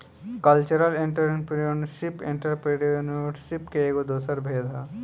cultural entrepreneurship entrepreneurship के एगो दोसर भेद ह